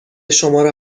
شماره